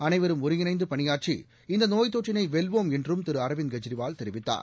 அனைவரும் ஒருங்கிணைந்து பணியாற்றி இந்த நோய் தொற்றினை வெல்வோம் என்றும் திரு அரவிந்த் கெஜ்ரிவால் தெரிவித்தார்